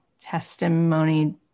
testimony